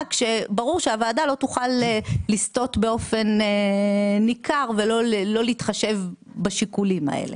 כשברור שהוועדה לא תוכל לסטות באופן ניכר ולא להתחשב בשיקולים האלה.